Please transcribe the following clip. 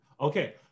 Okay